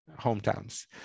hometowns